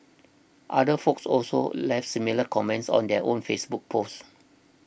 other folks also left similar comments on their own Facebook post